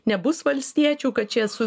nebus valstiečių kad čia su